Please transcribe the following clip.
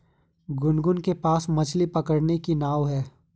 गुनगुन के पास मछ्ली पकड़ने की नाव है